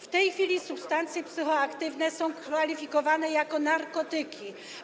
W tej chwili substancje psychoaktywne są kwalifikowane jako narkotyki.